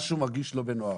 משהו מרגיש לא בנוח.